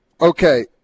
Okay